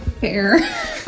fair